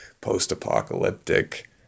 post-apocalyptic